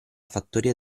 fattoria